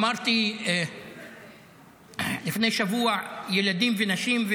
אמרתי לפני שבוע: ילדים ונשים,